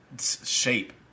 shape